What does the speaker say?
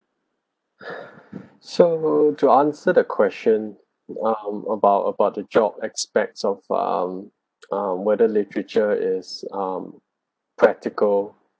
so to answer the question um about about the job aspects of um uh whether literature is um practical